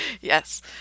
Yes